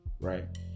right